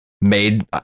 made